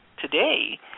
today